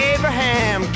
Abraham